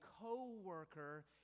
co-worker